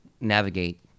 navigate